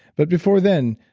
but before then,